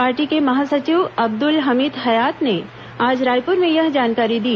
party के महासचिव अब्दल हमीद हयात ने आज रायपुर में यह जानकारी दी